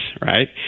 right